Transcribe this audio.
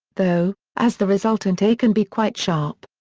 though, as the resultant a can be quite sharp.